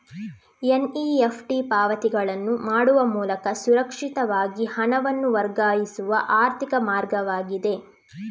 NEFT ಪಾವತಿಗಳನ್ನು ಮಾಡುವ ಮೂಲಕ ಸುರಕ್ಷಿತವಾಗಿ ಹಣವನ್ನು ವರ್ಗಾಯಿಸುವ ಆರ್ಥಿಕ ಮಾರ್ಗವಾಗಿದೆ